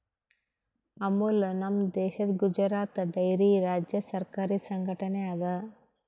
ಅಮುಲ್ ನಮ್ ದೇಶದ್ ಗುಜರಾತ್ ಡೈರಿ ರಾಜ್ಯ ಸರಕಾರಿ ಸಂಘಟನೆ ಅದಾ